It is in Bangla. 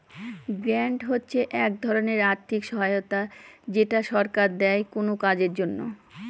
গ্রান্ট হচ্ছে এক ধরনের আর্থিক সহায়তা যেটা সরকার দেয় কোনো কাজের জন্য